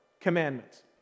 commandments